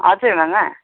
हजुर मामा